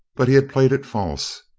but he had played it false.